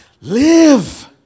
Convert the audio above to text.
live